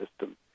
system